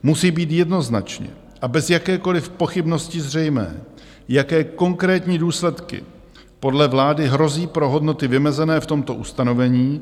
Musí být jednoznačně a bez jakékoliv pochybnosti zřejmé, jaké konkrétní důsledky podle vlády hrozí pro hodnoty vymezené v tomto ustanovení.